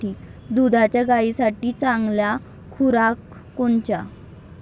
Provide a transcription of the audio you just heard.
दुधाच्या गायीसाठी चांगला खुराक कोनचा?